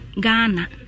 gana